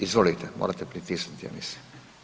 Izvolite, morate pritisnuti ja mislim.